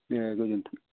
दे गोजोन्थों